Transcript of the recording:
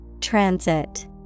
Transit